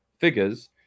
figures